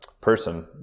person